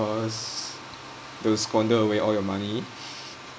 don't squander away all your money